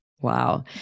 Wow